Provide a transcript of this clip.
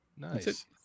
Nice